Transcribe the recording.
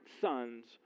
sons